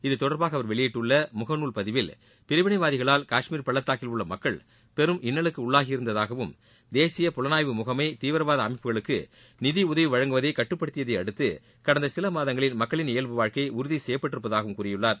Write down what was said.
இத்தொடர்பாக அவர் வெளியிட்டுள்ள முகநூல் பதிவில் பிரிவினைவாதிகளால் காஷ்மீர் பள்ளத்தாக்கில் உள்ள மக்கள் பெரும் இன்னலுக்கு உள்ளாகி இருந்ததாகவும் தேசிய புலனாய்வு முகமை தீவிரவாத அமைப்புகளுக்கு நிதிபுதவி வழங்குவதை கட்டுப்படுத்தியதை அடுத்து கடந்த சில மாதங்களில் மக்களின் இயல்பு வாழ்க்கை உறுதி செய்யப்பட்டிருப்பதாகவும் கூறியுள்ளார்